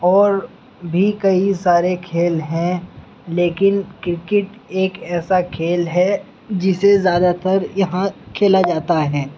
اور بھی کئی سارے کھیل ہیں لیکن کرکٹ ایک ایسا کھیل ہے جسے زیادہ تر یہاں کھیلا جاتا ہے